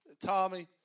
Tommy